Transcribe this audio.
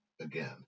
again